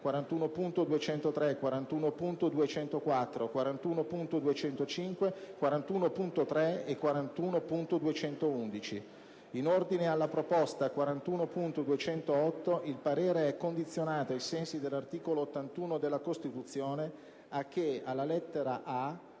41.203, 41.204, 41.205, 41.3 e 41.211. In ordine alla proposta 41.208, il parere è condizionato, ai sensi dell'articolo 81 della Costituzione, a che alla lettera